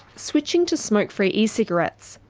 switching to smoke-free e-cigarettes,